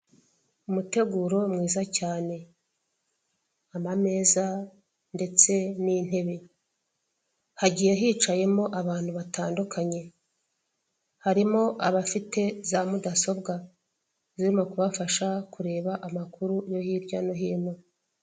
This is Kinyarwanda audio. Umuteguro mwiza cyane amameza ndetse n'intebe hagiye hicayemo abantu batandukanye, harimo abafite za mudasobwa zirimo kubafasha kureba amakuru yo hirya no hino.